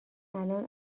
الان